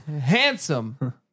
Handsome